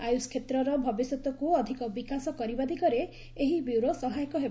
ଆୟୁଷ କ୍ଷେତ୍ରର ଭବିଷ୍ୟତକୁ ଅଧିକ ବିକାଶ କରିବା ଦିଗରେ ଏହି ବ୍ୟୁରୋ ସହାୟକ ହେବ